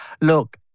look